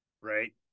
right